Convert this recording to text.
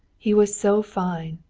he was so fine,